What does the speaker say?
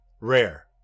Rare